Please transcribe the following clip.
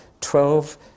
twelve